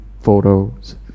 photos